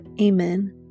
Amen